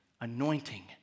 anointing